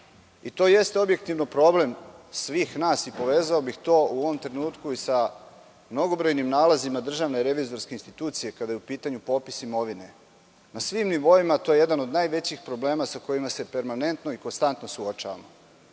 To jeste objektivan problem svih nas. Povezao bih to u ovom trenutku i sa mnogobrojnim nalazima DRI, kada je u pitanju popis imovine. Na svim nivoima, to je jedan od najvećih problema sa kojima se permanentno i konstantno suočavamo.